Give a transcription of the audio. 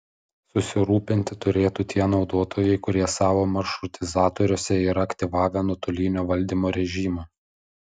susirūpinti turėtų tie naudotojai kurie savo maršrutizatoriuose yra aktyvavę nuotolinio valdymo režimą